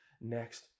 next